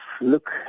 look